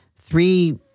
three